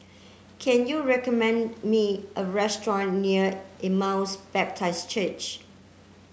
can you recommend me a restaurant near Emmaus Baptist Church